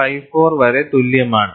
54 വരെ തുല്യമാണ്